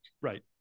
Right